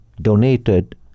donated